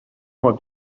moi